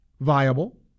viable